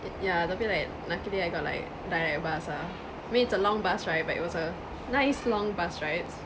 ye~ yeah tapi like luckily I got like direct bus ah I mean it's a long bus ride but it was a nice long bus rides